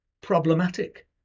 problematic